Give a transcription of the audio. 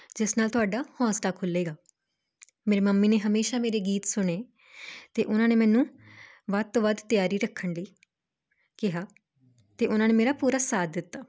ਜਿਸ ਨਾਲ ਤੁਹਾਡਾ ਹੌਂਸਲਾ ਖੁਲ੍ਹੇਗਾ ਮੇਰੀ ਮੰਮੀ ਨੇ ਹਮੇਸ਼ਾਂ ਮੇਰੇ ਗੀਤ ਸੁਣੇ ਅਤੇ ਉਹਨਾਂ ਨੇ ਮੈਨੂੰ ਵੱਧ ਤੋਂ ਵੱਧ ਤਿਆਰੀ ਰੱਖਣ ਲਈ ਕਿਹਾ ਅਤੇ ਉਹਨਾਂ ਨੇ ਮੇਰਾ ਪੂਰਾ ਸਾਥ ਦਿੱਤਾ